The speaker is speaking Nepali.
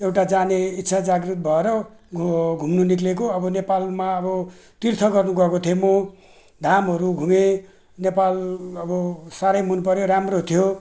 एउटा जाने इच्छा जागृत भएर घ घुम्नु निस्किएको अब नेपालमा अब तीर्थ गर्नुगएको थिएँ म धामहरू घुमेँ नेपाल अब साह्रै मनपर्यो राम्रो थियो